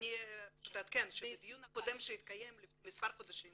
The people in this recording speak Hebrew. אני אעדכן שבדיון הקודם שהתקיים לפני כמה חודשים